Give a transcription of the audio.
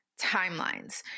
timelines